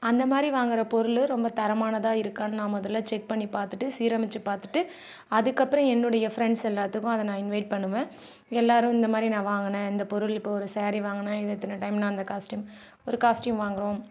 அந்தமாதிரி வாங்குகிற பொருள் ரொம்ப தரமானதாக இருக்கான்னு நான் மொதல்ல செக் பண்ணி பார்த்துட்டு சீரமைச்சி பார்த்துட்டு அதுக்கப்புறம் என்னுடைய ஃபிரெண்ட்ஸ் எல்லாத்துக்கும் அதை நான் இன்வைட் பண்ணுவேன் எல்லாரும் இந்த மாதிரி நான் வாங்குனேன் இந்த பொருள் இப்போது ஒரு சாரீ வாங்குனேன் இதை இத்தனை டைம் நான் அந்த காஸ்ட்யூம் ஒரு காஸ்ட்யூம் வாங்குறோம்